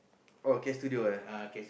oh kay studio ah